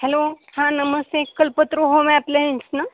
hello हा नमस्ते Kalpataru home appliance ना